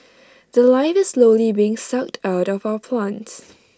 The Life is slowly being sucked out of our plants